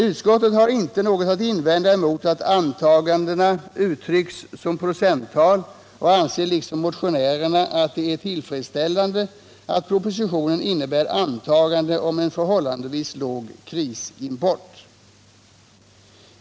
Utskottet har inte något att invända mot att antagandena uttrycks som procenttal och anser liksom motionärerna att det är tillfredsställande att propositionen innebär antagande om en förhållandevis låg krisimport.